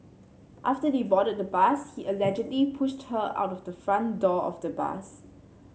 after they boarded the bus he allegedly pushed her out of the front door of the bus